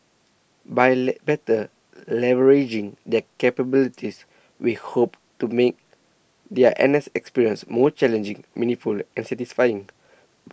by better leveraging their capabilities we hope to make their N S experience more challenging meaningfully and satisfying